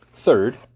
Third